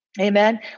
Amen